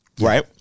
Right